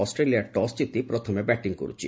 Australia toss ଜିତି ପ୍ରଥମେ batting କରୁଛି